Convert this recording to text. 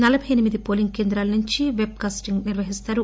నలబై ఎనిమిది పోలింగ్ కేంద్రాల నుంచి పెబ్ కాస్టింగ్ నిర్వహిస్తారు